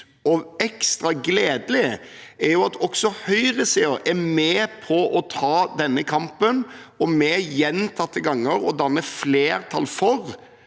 og ekstra gledelig, er at også høyresiden er med på å ta denne kampen ved gjentatte ganger å danne flertall for